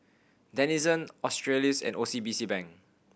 Denizen Australis and O C B C Bank